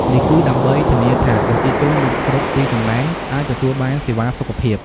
នេះគឺដើម្បីធានាថាប្រជាជននៅគ្រប់ទីកន្លែងអាចទទួលបានសេវាសុខភាព។